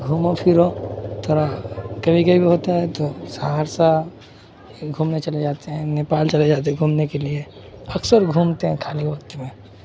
گھومو پھرو تھوڑا کبھی کبھی ہوتا ہے تو سہرسہ گھومنے چلے جاتے ہیں نیپال چلے جاتے گھومنے کے لیے اکثر گھومتے ہیں خالی وقت میں